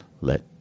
Let